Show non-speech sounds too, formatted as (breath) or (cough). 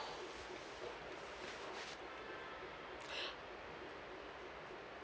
(breath)